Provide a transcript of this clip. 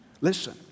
listen